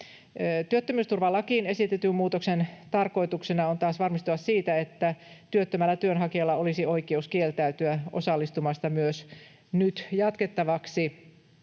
Työttömyysturvalakiin esitetyn muutoksen tarkoituksena on taas varmistua siitä, että työttömällä työnhakijalla olisi oikeus kieltäytyä osallistumasta myös nyt jatkettavaksi